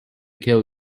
kill